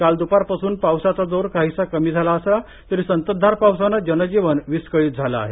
काल द्पारपासून पावसाचा जोर काहीसा कमी झाला असला तरी संततधार पावसानं जनजीवन विस्कळीत झालं आहे